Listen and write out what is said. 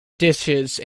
dishes